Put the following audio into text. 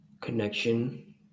connection